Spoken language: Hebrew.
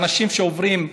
אנשים שעוברים,